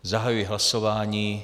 Zahajuji hlasování.